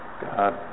God